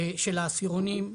של העשירונים,